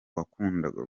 wakundaga